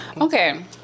Okay